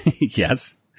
Yes